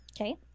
Okay